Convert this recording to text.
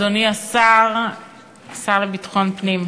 אדוני השר לביטחון פנים,